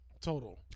total